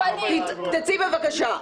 תצאי בבקשה.